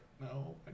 no